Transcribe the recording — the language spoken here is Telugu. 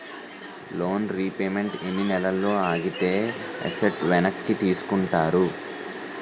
లోన్ రీపేమెంట్ ఎన్ని నెలలు ఆగితే ఎసట్ వెనక్కి తీసుకుంటారు?